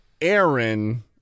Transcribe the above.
Aaron